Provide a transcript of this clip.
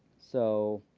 so